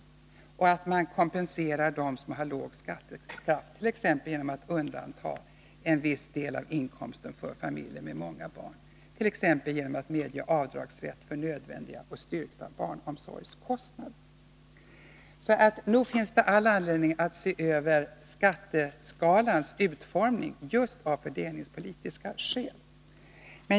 Vid en mer proportionell 'skatt får man kompensera dem som har låg skattekraft, t.ex. genom att för familjer med barn undanta en viss del av inkomsten från beskattning, samt genom att medge avdragsrätt för nödvändiga och styrkta barnomsorgskostnader. Nog finns det all anledning att se över skatteskalans utformning just av fördelningspolitiska skäl.